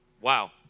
Wow